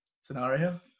scenario